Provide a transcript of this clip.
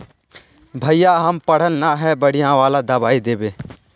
भैया हम पढ़ल न है बढ़िया वाला दबाइ देबे?